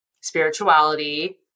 spirituality